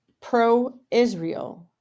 pro-Israel